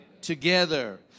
Together